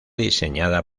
diseñada